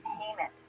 payment